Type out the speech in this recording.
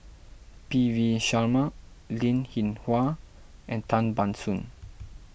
P V Sharma Linn in Hua and Tan Ban Soon